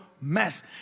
mess